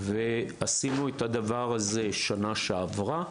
עשינו את הדבר הזה בשנה שעברה,